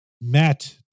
Matt